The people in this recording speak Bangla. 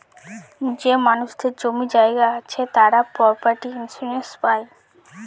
যে মানুষদের জমি জায়গা আছে তারা প্রপার্টি ইন্সুরেন্স পাই